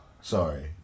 Sorry